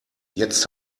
jetzt